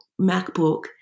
MacBook